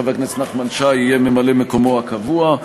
חבר הכנסת נחמן שי יהיה ממלא-מקומו הקבוע,